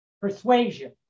persuasion